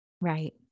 Right